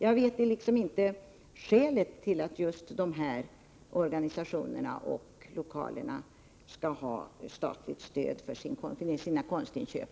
Jag vet liksom inte skälet till att vissa organisationer och lokaler skall ha statligt stöd för sina konstinköp.